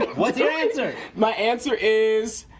what's your answer? my answer is